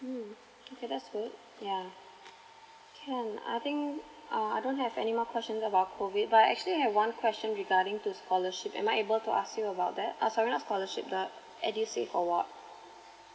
mm okay that's good yeah can I think uh I don't have any more questions about COVID it but actually I have one question regarding to scholarship am I able to ask you about that uh sorry not scholarship but edusave award